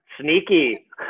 Sneaky